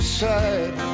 side